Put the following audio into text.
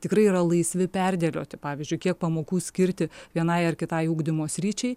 tikrai yra laisvi perdėlioti pavyzdžiui kiek pamokų skirti vienai ar kitai ugdymo sričiai